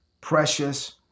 precious